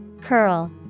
Curl